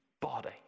body